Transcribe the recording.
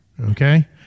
Okay